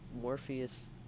Morpheus